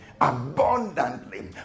abundantly